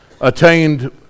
attained